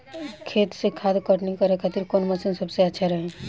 खेत से घास कटनी करे खातिर कौन मशीन सबसे अच्छा रही?